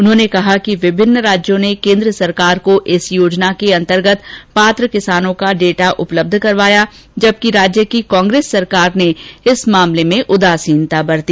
उन्होंने कहा कि विभिन्न राज्यों ने केन्द्र सरकार को इस योजना के अंतर्गत पात्र किसानों का डेटा उपलब्ध करवाया जबकि राज्य की कांग्रेस सरकार ने इस मामले में उदासीनता बरती